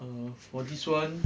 err for this one